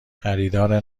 خریدار